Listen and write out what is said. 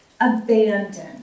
abandon